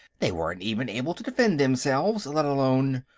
they weren't even able to defend themselves, let alone.